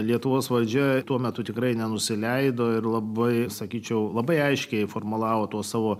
lietuvos valdžia tuo metu tikrai nenusileido ir labai sakyčiau labai aiškiai formulavo to savo